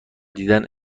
دیدن